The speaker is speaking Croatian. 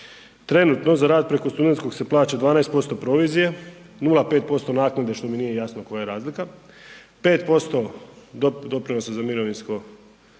Trenutno za rad preko studentskog se plaća 12% provizije, 0,5% naknade što mi nije jasno koja je razlika, 5% doprinosa za mirovinsko